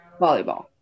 volleyball